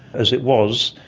as it was,